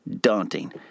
daunting